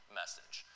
message